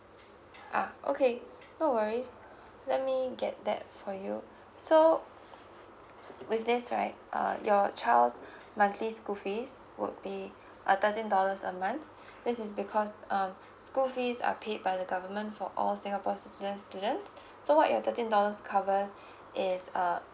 ah okay no worries let me get that for you so with this right uh your child's monthly school fees would be uh thirteen dollars a month this is because um school fees are paid by the government for all singapore's citizen student so what your thirteen dollars covers is uh